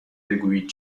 بگویید